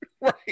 Right